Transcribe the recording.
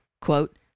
quote